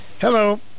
Hello